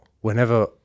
whenever